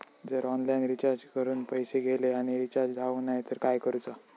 जर online recharge करून पैसे गेले आणि रिचार्ज जावक नाय तर काय करूचा?